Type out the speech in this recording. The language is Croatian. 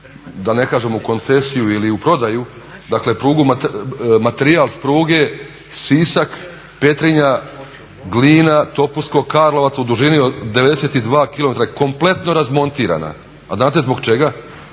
da ne kažem u koncesiju ili u prodaju, dakle materijal s pruge Sisak-Petrinja-Glina-Topusko-Karlovac u dužini od 92 km kompletno razmontirana, a znate zbog čega,